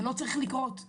זה לא צריך לקרות,